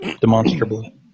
demonstrably